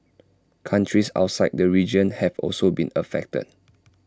countries outside the region have also been affected